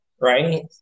right